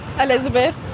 Elizabeth